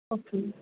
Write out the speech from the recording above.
okay